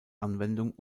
anwendung